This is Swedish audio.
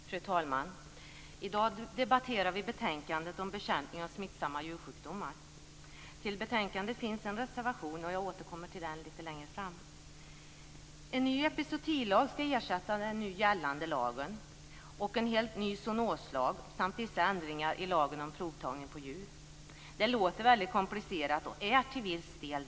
Fru talman! I dag debatterar vi betänkandet om bekämpning av smittsamma djursjukdomar. Till betänkandet finns fogat en reservation, och jag återkommer till den längre fram. En ny epizootilag skall ersätta den nu gällande lagen. Vidare föreslås en helt ny zoonoslag samt vissa ändringar i lagen om provtagning på djur. Det låter väldigt komplicerat och är det till viss del.